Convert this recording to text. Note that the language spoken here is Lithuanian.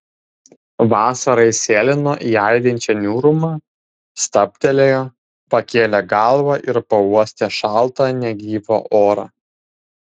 vasara įsėlino į aidinčią niūrumą stabtelėjo pakėlė galvą ir pauostė šaltą negyvą orą